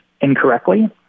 incorrectly